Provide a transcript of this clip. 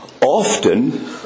often